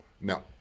No